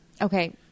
Okay